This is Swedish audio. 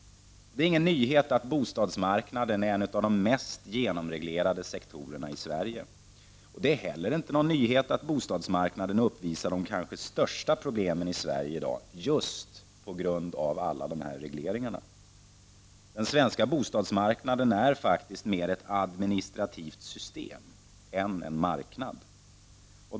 Det är ingen nyhet att bostadsmarknaden är en av de mest genomreglerade sektorerna i Sverige. Det är ej heller någon nyhet att bostadsmarknaden uppvisar de kanske största problemen i Sverige i dag just på grund av alla regleringarna. Den svenska bostadsmarknaden är faktiskt mer ett administrativt system än en marknad.